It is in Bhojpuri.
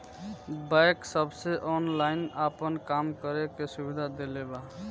बैक सबके ऑनलाइन आपन काम करे के सुविधा देले बा